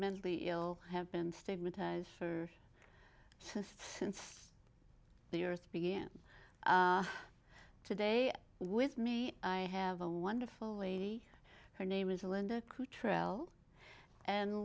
mentally ill have been stigmatized for this since the earth began today with me i have a wonderful lady her name is linda crew trail and